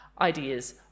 ideas